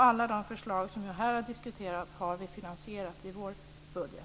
Alla de förslag som jag här har diskuterat har vi finansierat i vår budget.